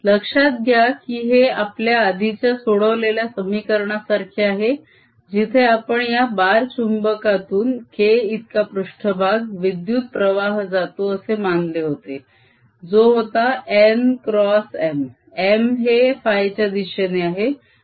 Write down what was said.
लक्षात घ्या की हे आपल्या आधीच्या सोडवलेल्या समीकरणाप्रमाणे आहे जिथे आपण या बार चुम्बाकातून k इतका पृष्ट्भाग विद्युत प्रवाह जातो असे मानले होते जो होता -nxM M हे φच्या दिशेने आहे